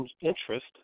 interest